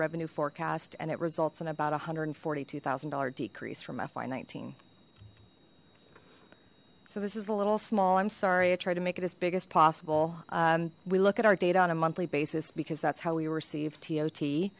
revenue forecast and it results in about a hundred and forty two thousand dollar decrease from fy nineteen so this is a little small i'm sorry i try to make it as big as possible we look at our data on a monthly basis because that's how we receive t o